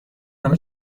نامه